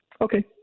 Okay